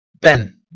Ben